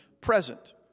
present